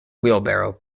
wheelbarrow